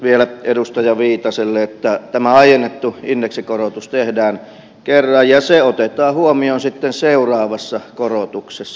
vielä edustaja viitaselle että tämä aiennettu indeksikorotus tehdään kerran ja se otetaan huomio sitten seuraavassa korotuksessa